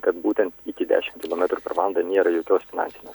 kad būtent iki dešim kilometrų per valandą nėra jokios finansinės